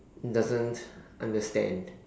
doesn't understand